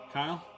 Kyle